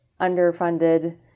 underfunded